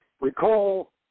Recall